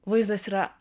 vaizdas yra